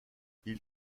ils